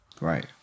Right